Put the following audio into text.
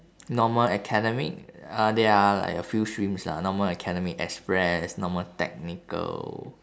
normal academic uh there are like a few streams lah normal academic express normal technical